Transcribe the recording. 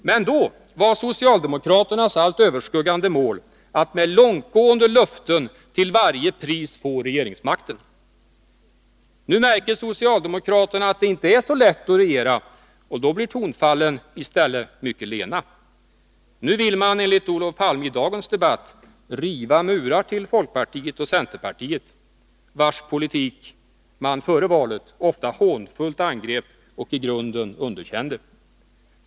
Men då var socialdemokraternas allt överskuggande mål att med långtgående löften till varje pris få regeringsmakten. Nu märker socialdemokraterna att det inte är så lätt att regera, och då blir tonfallen i stället mycket lena. Nu vill man, enligt Olof Palme i dagens debatt, riva murar till folkpartiet och centerpartiet, vilkas politik man före valet ofta hånfullt angrep och i grunden underkände.